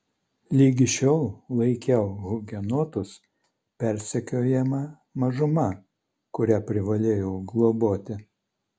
ligi šiol laikiau hugenotus persekiojama mažuma kurią privalėjau globoti